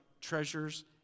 treasures